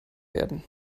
werden